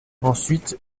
ensuite